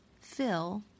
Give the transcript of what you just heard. fill